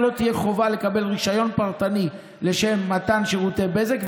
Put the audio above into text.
לא תהיה חובה לקבל רישיון פרטני לשם מתן שירותי בזק,